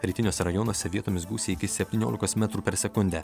rytiniuose rajonuose vietomis gūsiai iki septyniolikos metrų per sekundę